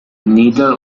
neither